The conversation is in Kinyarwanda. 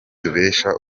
tubikesha